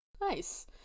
Nice